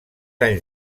anys